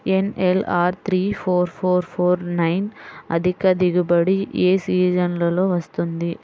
NLR three four four four nine అధిక దిగుబడి ఏ సీజన్లలో వస్తుంది?